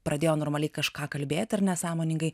pradėjo normaliai kažką kalbėt ar ne sąmoningai